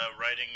writing